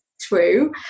true